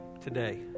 today